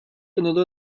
another